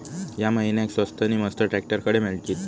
या महिन्याक स्वस्त नी मस्त ट्रॅक्टर खडे मिळतीत?